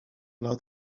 blow